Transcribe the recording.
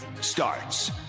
starts